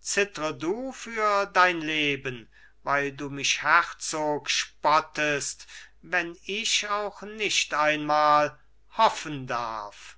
zittre du für dein leben weil du mich herzog spottest wenn ich auch nicht einmal hoffen darf